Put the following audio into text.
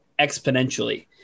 exponentially